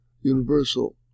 universal